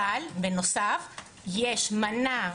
אבל בנוסף יש מנה,